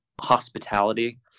hospitality